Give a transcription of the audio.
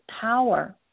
power